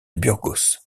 burgos